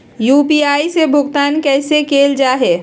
UPI से भुगतान कैसे कैल जहै?